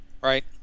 Right